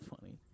funny